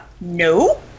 No